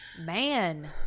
man